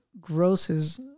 grosses